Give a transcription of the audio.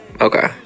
Okay